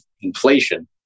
inflation